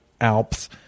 Alps